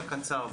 זה הקצר.